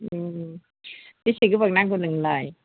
उम बेसे गोबां नांगौ नोंनोलाय